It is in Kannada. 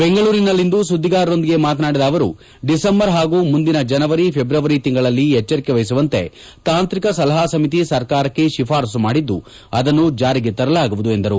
ಬೆಂಗಳೂರಿನಲ್ಲಿಂದು ಸುದ್ದಿಗಾರರೊಂದಿಗೆ ಮಾತನಾಡಿದ ಅವರು ಡಿಸೆಂಬರ್ ಪಾಗೂ ಮುಂದಿನ ಜನವರಿ ಫೆಬ್ರವರಿ ತಿಂಗಳಲ್ಲಿ ಎಜ್ವರಿಕೆ ವಹಿಸುವಂತೆ ತಾಂಕ್ರಿಕ ಸಲಹಾ ಸಮಿತಿ ಸರ್ಕಾರಕ್ಕೆ ಶಿಫಾರಸ್ಸು ಮಾಡಿದ್ದು ಅದನ್ನು ಜಾರಿಗೆ ತರಲಾಗುವುದು ಎಂದರು